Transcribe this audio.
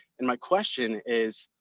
and my question is